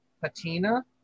patina